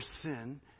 sin